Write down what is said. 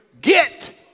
get